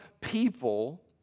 people